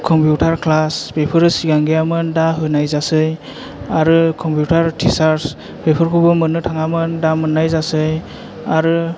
computer class बेफोरो सिगां गैयामोन दा होनाय जासै आरो कम्पिउटार थिसारस बेफोरखौबो मोननो थाङामोन दा मोननाय जासै आरो